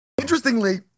Interestingly